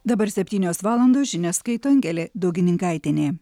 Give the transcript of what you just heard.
dabar septynios valandos žinias skaito angelė daugininkaitienė